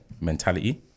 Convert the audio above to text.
mentality